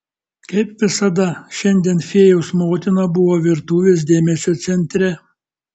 kaip visada šiandien fėjos motina buvo virtuvės dėmesio centre